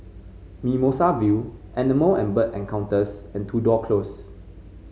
Mimosa View Animal and Bird Encounters and Tudor Close